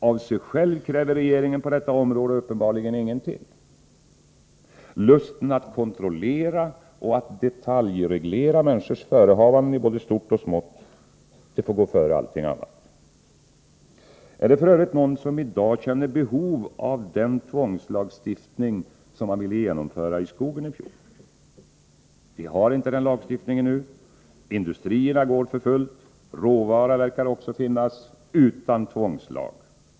Av sig själv kräver regeringen på detta område uppenbarligen ingenting. Lusten att kontrollera och detaljreglera människors förehavanden i både stort och smått får gå före allting annat. Är det f. ö. någon som i dag känner behov av den tvångslagstiftning som man ville genomföra i skogen i fjol? Vi har inte den lagstiftningen nu. Industrierna går för fullt, råvara verkar det också finnas — utan tvångslag.